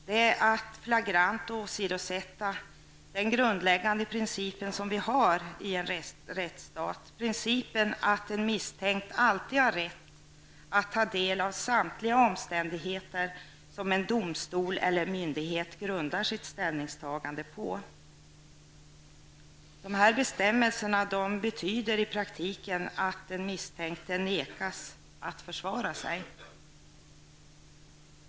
Detta är ett flagrant åsidosättande av den grundläggande principen i en rättsstat, principen att en misstänkt alltid har rätt att ta del av samtliga omständigheter som en domstol eller myndighet grundar sitt ställningstagande på. Dessa bestämmelser betyder i praktiken att den misstänkte nekas att försvara sig.